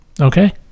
Okay